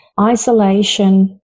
isolation